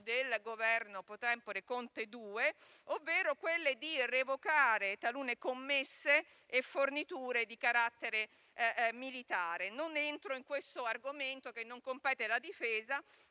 del Governo *pro tempore* Conte II, ovvero quelle di revocare talune commesse e forniture di carattere militare. Non entro in questo argomento che non compete la Difesa,